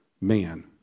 Man